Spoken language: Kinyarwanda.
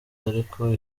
ariko